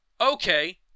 Okay